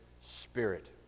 spirit